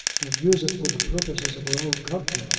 and use it for the purposes of her own comfort,